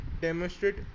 demonstrate